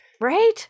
right